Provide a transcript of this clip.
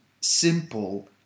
simple